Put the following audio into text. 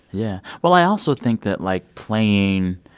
yeah. well, i also think that, like, playing